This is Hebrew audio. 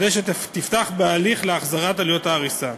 כדי שתפתח בהליך להחזרת עלויות ההריסה.